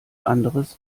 anderes